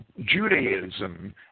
Judaism